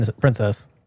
princess